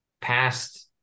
past